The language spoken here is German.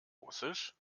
russisch